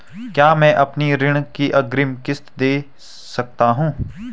क्या मैं अपनी ऋण की अग्रिम किश्त दें सकता हूँ?